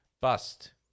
Bust